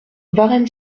varennes